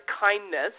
kindness